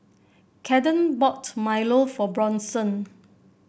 Kathern bought Milo for Bronson